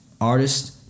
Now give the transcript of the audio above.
artist